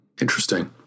Interesting